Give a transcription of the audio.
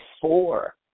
four